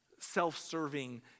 self-serving